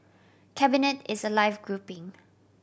cabinet is a live grouping